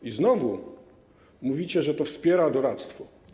I znowu mówicie, że to wspiera doradztwo.